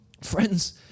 friends